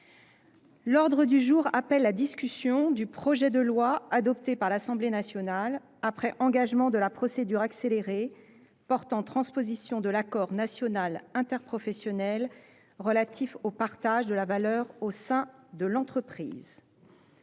L’ordre du jour appelle la discussion du projet de loi, adopté par l’Assemblée nationale après engagement de la procédure accélérée, portant transposition de l’accord national interprofessionnel relatif au partage de la valeur au sein de l’entreprise